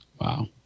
wow